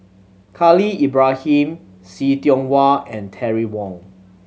Khalil Ibrahim See Tiong Wah and Terry Wong